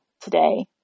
today